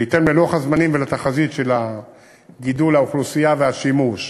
בהתאם ללוח הזמנים ולתחזית של גידול האוכלוסייה והשימוש.